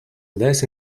less